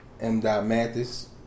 M.Mathis